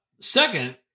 Second